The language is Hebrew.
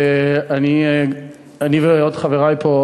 ואני וחברי פה,